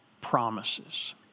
promises